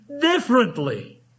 differently